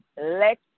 let